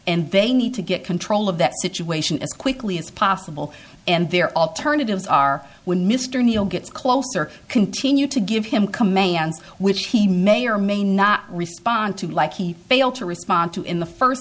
and they need to get control of that situation as quickly as possible and there alternatives are when mr neil gets closer continue to give him commands which he may or may not respond to like he failed to respond to in the first